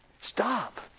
Stop